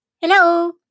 Hello